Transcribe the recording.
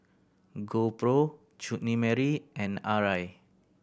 GoPro Chutney Mary and Arai